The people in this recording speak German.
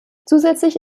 zusätzlich